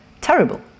terrible